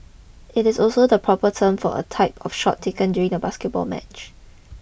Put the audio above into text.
it is also the proper term for a type of shot taken during a basketball match